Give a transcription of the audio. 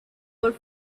were